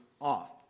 off